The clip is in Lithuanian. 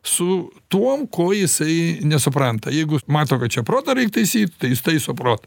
su tuom ko jisai nesupranta jeigu mato kad čia protą reik taisyt tai jis taiso protą